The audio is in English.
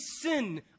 sin